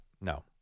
No